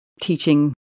teaching